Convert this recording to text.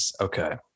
okay